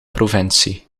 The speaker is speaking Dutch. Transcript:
provincie